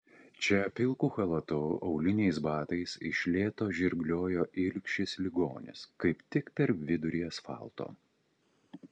čia pilku chalatu auliniais batais iš lėto žirgliojo ilgšis ligonis kaip tik per vidurį asfalto